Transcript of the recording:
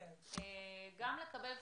גם לקבל נתונים,